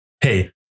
hey